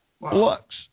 books